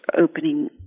opening